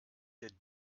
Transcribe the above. der